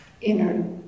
Inner